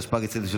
התשפ"ג 2023,